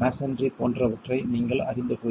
masonry போன்றவற்றை நீங்கள் அறிந்து கொள்ள வேண்டும்